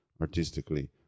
artistically